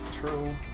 true